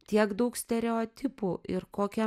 tiek daug stereotipų ir kokia